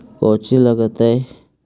कौची लगतय?